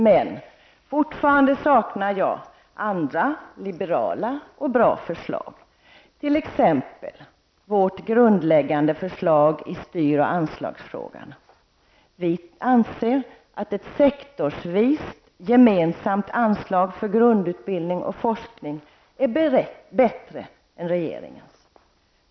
Men fortfarande saknar jag andra liberala och bra förslag, t.ex. vårt grundläggande förslag i styr och anslagsfrågan. Vi anser att ett sektorsvist gemensamt anslag för grundutbildning och forskning är bättre än regeringens.